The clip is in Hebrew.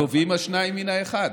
טובים השניים מן האחד.